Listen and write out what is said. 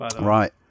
right